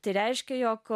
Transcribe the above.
tai reiškia jog